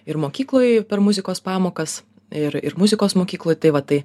ir mokykloj per muzikos pamokas ir ir muzikos mokykloj tai va tai